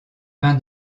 pain